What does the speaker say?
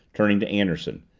turning to anderson.